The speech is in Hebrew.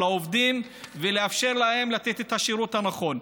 העובדים ולאפשר להם לתת להם את השירות הנכון.